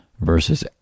versus